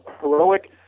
heroic